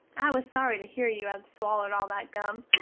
i was sory to hear you had swallerd all that gum,